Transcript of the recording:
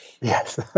Yes